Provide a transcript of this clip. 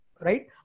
right